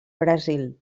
brasil